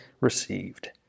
received